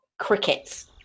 Crickets